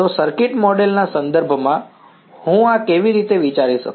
તો circuit model ના સંદર્ભમાં હું આ કેવી રીતે વિચારી શકું